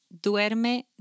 duerme